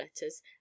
letters